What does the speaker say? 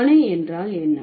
அணு என்றால் என்ன